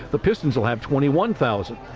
the pistons will have twenty one thousand.